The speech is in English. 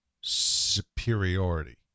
superiority